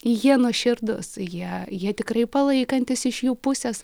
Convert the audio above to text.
jie nuoširdūs jie jie tikrai palaikantys iš jų pusės